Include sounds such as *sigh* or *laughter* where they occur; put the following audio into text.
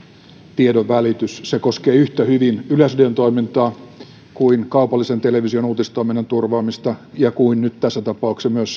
tiedonvälitys se koskee yhtä hyvin yleisradion toimintaa kuin kaupallisen television uutistoiminnan turvaamista ja kuin nyt tässä tapauksessa myös *unintelligible*